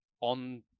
on